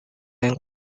yang